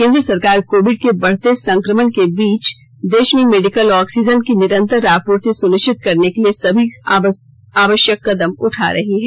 केन्द्र सरकार कोविड के बढ़ते संक्रमण के बीच देश में मेडिकल ऑक्सीजन की निरंतर आपूर्ति सुनिश्चित करने के लिए समी आवश्यक कदम उठा रही है